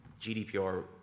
GDPR